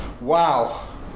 Wow